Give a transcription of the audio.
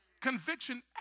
Conviction